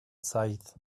side